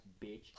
bitch